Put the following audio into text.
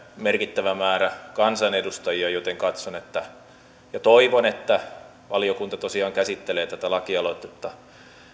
merkittävä määrä kansanedustajia joten katson ja toivon että valiokunta tosiaan käsittelee tätä lakialoitetta